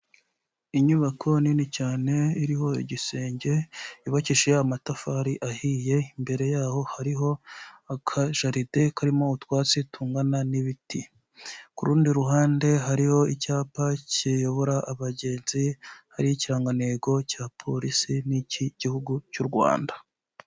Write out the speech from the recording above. Inyubako nini cyane iriho igisenge, yubakishije amatafari ahiye, imbere yaho hariho akajaride karimo utwatsi tungana n'ibiti. Ku rundi ruhande hariho icyapa kiyobora abagenzi, hariho ikirangantego cya polisi n'icy'igihugu cy'u Rwanda.